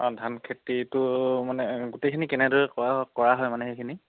অঁ ধান খেতিটো মানে গোটেইখিনি কেনেদৰে কৰা কৰা হয় মানে সেইখিনি